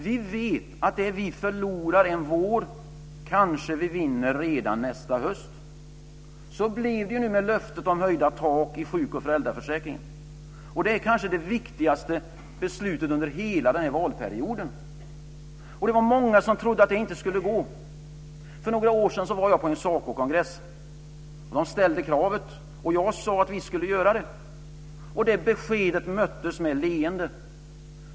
Vi vet att det vi förlorar en vår kanske vi vinner redan nästa höst. Så blev det ju nu med löftet om höjda tak i sjuk och föräldraförsäkringen, och det är kanske det viktigaste beslutet under hela den här valperioden. Det var många som trodde att det inte skulle gå. För några år sedan var jag på en SACO-kongress. Där ställdes kravet, och jag sade att vi skulle göra det. Det beskedet möttes med leenden.